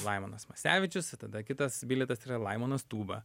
laimonas masevičius i tada kitas bilietas yra laimonas tūba